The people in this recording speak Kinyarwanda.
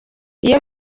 iyo